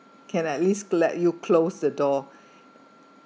can at least let you close the door